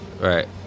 Right